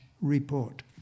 report